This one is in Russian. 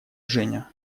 женя